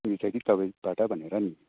मिल्छ कि तपाईँकोबाट भनेर नि